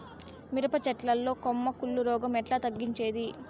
మిరప చెట్ల లో కొమ్మ కుళ్ళు రోగం ఎట్లా తగ్గించేది?